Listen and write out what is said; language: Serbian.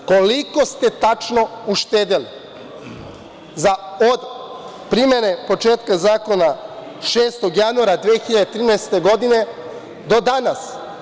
Koliko ste tačno uštedeli od primene početka zakona 6. januara 2013. godine, do danas?